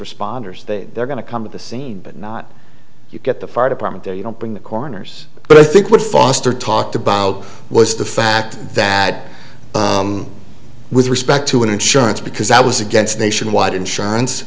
responders that they're going to come to the scene and not you get the fire department there you don't bring the corners but i think what foster talked about was the fact that with respect to an insurance because i was against nationwide insurance